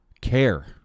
care